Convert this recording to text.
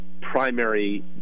primary